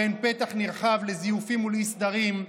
שהן פתח נרחב לזיופים ולאי-סדרים,